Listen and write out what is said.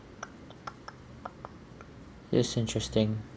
yes interesting